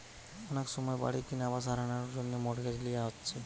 অনেক সময় বাড়ি কিনা বা সারানার জন্যে মর্টগেজ লিয়া হচ্ছে